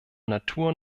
natur